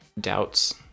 doubts